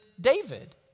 David